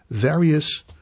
various